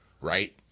right